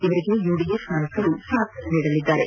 ಇವರಿಗೆ ಯುಡಿಎಫ್ ನಾಯಕರು ಸಾಥ್ ನೀಡಲಿದ್ದಾರೆ